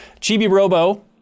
Chibi-Robo